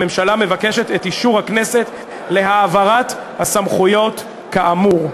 הממשלה מבקשת את אישור הכנסת להעברת הסמכויות כאמור.